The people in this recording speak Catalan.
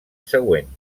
següent